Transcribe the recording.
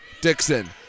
Dixon